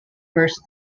first